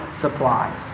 supplies